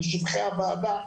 בשבחי הוועדה,